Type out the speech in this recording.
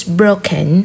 broken